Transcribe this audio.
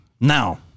Now